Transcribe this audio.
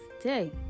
day